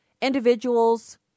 individuals